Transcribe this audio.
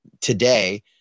today